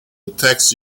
text